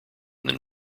than